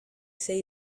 say